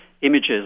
images